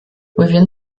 within